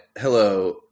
hello